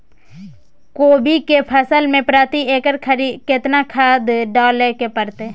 कोबी के फसल मे प्रति एकर केतना खाद डालय के परतय?